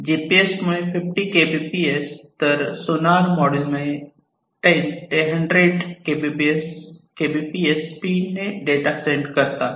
GPS मुळे 50 Kbps तर sonar module मुळे 10 ते 100 Kbps स्पीड ने डेटा सेंड करतात